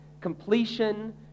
completion